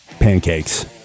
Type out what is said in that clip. Pancakes